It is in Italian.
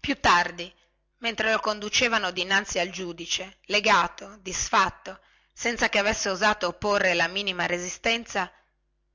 più tardi mentre lo conducevano dinanzi al giudice legato disfatto senza che avesse osato opporre la menoma resistenza